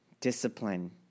discipline